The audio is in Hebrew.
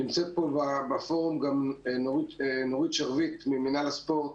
נמצאת פה בפורום גם נורית שרביט ממינהל הספורט.